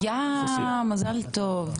מזל טוב,